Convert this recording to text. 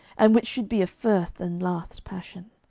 and which should be a first and last passion.